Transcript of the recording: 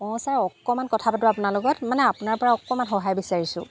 অঁ ছাৰ অকণমান কথা পাতোঁ আপোনাৰ লগত মানে আপোনাৰপৰা অকণমান সহায় বিচাৰিছোঁ